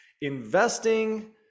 investing